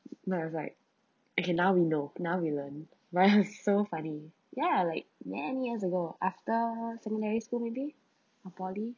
then was like okay now we know now we learnt but it was so funny ya like many years ago after secondary school maybe or poly